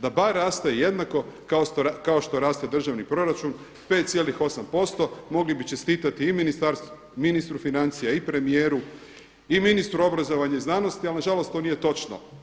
Da bar raste jednako kao što raste državni proračun 5,8% mogli bi čestitati i ministru financija i premijeru i ministru obrazovanja i znanosti, ali na žalost to nije točno.